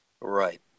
right